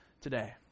today